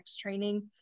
training